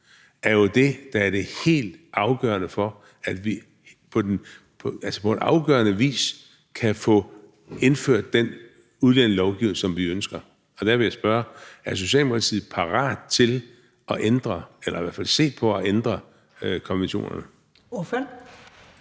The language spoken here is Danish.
jo det, der helt afgørende står i vejen for, at vi kan få indført den udlændingelovgivning, som vi ønsker. Der vil jeg spørge: Er Socialdemokratiet parat til ændre eller i hvert fald se på at ændre konventionerne? Kl.